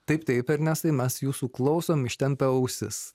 taip taip ernestai mes jūsų klausom ištempę ausis